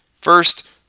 First